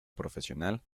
profesional